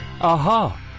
Aha